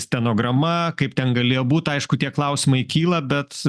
stenograma kaip ten galėjo būt aišku tie klausimai kyla bet